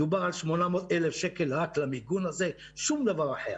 דיברו על 800,000 שקל רק למיגון הזה ושום דבר אחר,